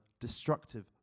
destructive